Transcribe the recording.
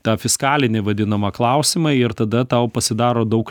tą fiskalinį vadinamą klausimą ir tada tau pasidaro daug